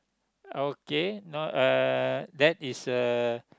okay not uh that is a